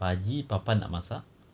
pagi papa nak masak